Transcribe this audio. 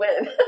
win